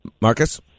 Marcus